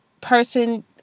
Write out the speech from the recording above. person